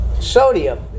Sodium